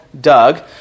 Doug